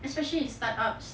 especially in start ups